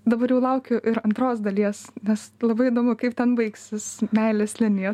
dabar jau laukiu ir antros dalies nes labai įdomu kaip ten baigsis meilės linija